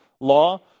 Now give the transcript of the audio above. law